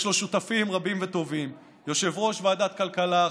יש לו שותפים רבים וטובים: יושב-ראש ועדת כלכלה,